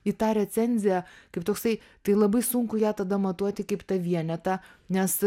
į tą recenziją kaip toksai tai labai sunku ją tada matuoti kaip tą vienetą nes